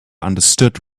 understood